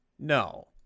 No